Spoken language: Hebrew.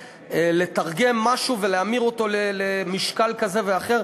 לתרגם משהו ולהמיר אותו למשקל כזה ואחר.